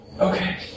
Okay